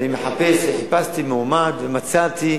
אני מחפש, וחיפשתי מועמד ומצאתי